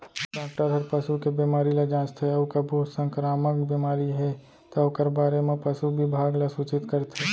doctor हर पसू के बेमारी ल जांचथे अउ कभू संकरामक बेमारी हे तौ ओकर बारे म पसु बिभाग ल सूचित करथे